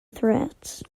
threats